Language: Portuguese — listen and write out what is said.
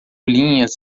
linhas